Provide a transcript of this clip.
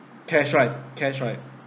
cash right cash right